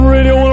Radio